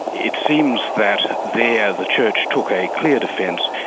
it seems that there the church took a clear defence,